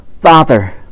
Father